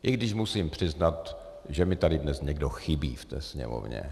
I když musím přiznat, že mi tady dnes někdo chybí ve sněmovně.